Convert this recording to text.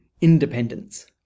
Independence